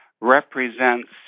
represents